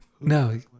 No